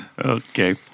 okay